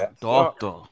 Doctor